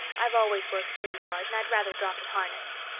i've always worked pretty hard and i'd rather drop in harness.